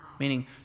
Meaning